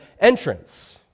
entrance